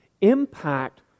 impact